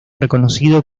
reconocido